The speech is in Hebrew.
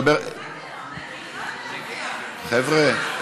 התשע"ז 2017. חבר'ה,